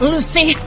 Lucy